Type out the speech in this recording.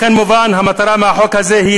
לכן, מובן שהמטרה של החוק הזה היא